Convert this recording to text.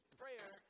prayer